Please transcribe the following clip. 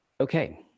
okay